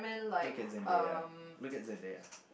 look at them there look at them there